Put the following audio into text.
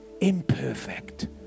imperfect